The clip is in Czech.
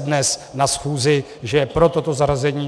dnes na schůzi, že je pro toto zařazení.